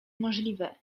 możliwe